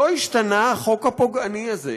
לא השתנה החוק הפוגעני הזה,